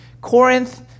Corinth